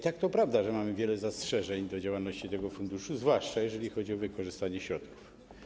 Tak, to prawda, że mamy wiele zastrzeżeń do działalności tego funduszu, zwłaszcza jeżeli chodzi o wykorzystanie środków.